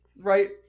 Right